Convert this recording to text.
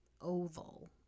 oval